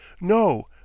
no